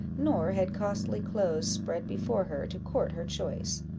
nor had costly clothes spread before her to court her choice,